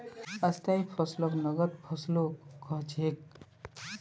स्थाई फसलक नगद फसलो कह छेक